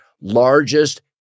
largest